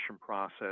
process